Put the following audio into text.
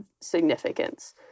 significance